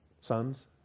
Sons